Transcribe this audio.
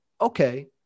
Okay